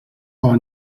war